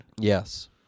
Yes